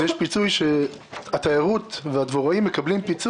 ופיצוי שהתיירות והדבוראים מקבלים,